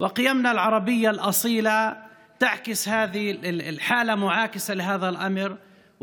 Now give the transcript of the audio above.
והערכים הערביים האצילים שלנו משקפים מצב הפוך מכך